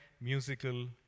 musical